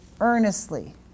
earnestly